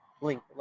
link